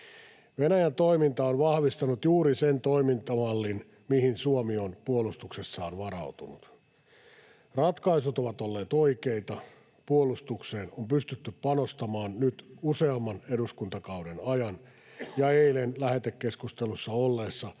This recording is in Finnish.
Venäjän toiminta on vahvistanut juuri sen toimintamallin, mihin Suomi on puolustuksessaan varautunut. Ratkaisut ovat olleet oikeita, puolustukseen on pystytty panostamaan nyt useamman eduskuntakauden ajan, ja eilen lähetekeskustelussa olleessa